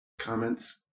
comments